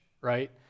right